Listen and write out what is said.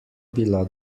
bila